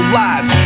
live